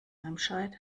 remscheid